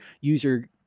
user